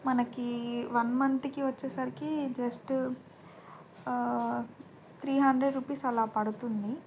మనకి వన్ మంత్కి వచ్చేసరికి జస్ట్ త్రీ హండ్రెడ్ రూపీస్ అలా పడుతుంది